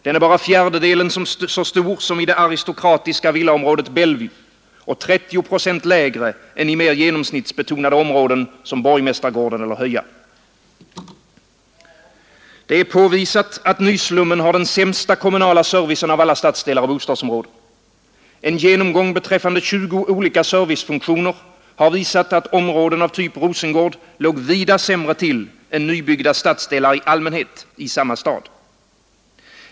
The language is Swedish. Den är bara fjärdedelen så stor som i det aristokratiska villaområdet Bellevue och 30 procent lägre än i mer genomsnittsbetonade områden som Borgmästargården eller Höja. Det är påvisat att nyslummen har den sämsta kommunala servicen av alla stadsdelar och bostadsområden. En genomgång beträffande 20 olika servicefunktioner har visat att områden av typ Rosengård låg vida sämre till än nybyggda stadsdelar i allmänhet i samma stad.